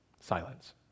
silence